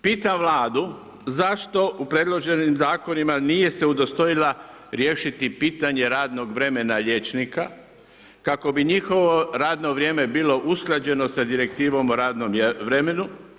Pitam Vladu, zašto u predloženim zakonima nije se udostojila riješiti pitanje radnog vremena liječnika kako bi njihovo radno vrijeme bilo usklađeno sa direktivom o radnom vremenu?